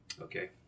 Okay